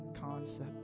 concept